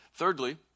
Thirdly